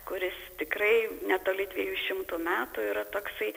kuris tikrai netoli dviejų šimtų metų yra toksai